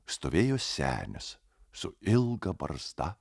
stovėjo senis su ilga barzda